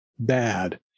bad